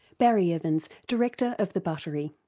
barry evans, director of the buttery.